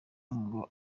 ngo